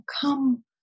come